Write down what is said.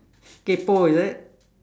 kaypoh is it